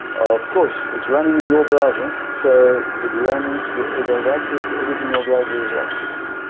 of course. it's running in your browser. so it runs, it has access to everything your browser has access to.